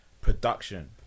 production